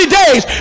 days